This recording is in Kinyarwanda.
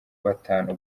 batanu